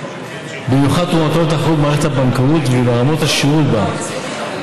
במיוחד תרומתו לתחרות במערכת הבנקאות ולרמת השירותים בה.